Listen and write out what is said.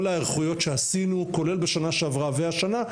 ההיערכויות שעשינו כולל בשנה שעברה והשנה,